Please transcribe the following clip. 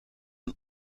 een